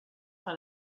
par